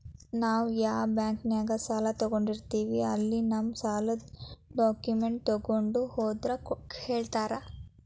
ನಾವ್ ಯಾ ಬಾಂಕ್ನ್ಯಾಗ ಸಾಲ ತೊಗೊಂಡಿರ್ತೇವಿ ಅಲ್ಲಿ ನಮ್ ಸಾಲದ್ ಡಾಕ್ಯುಮೆಂಟ್ಸ್ ತೊಗೊಂಡ್ ಹೋದ್ರ ಹೇಳ್ತಾರಾ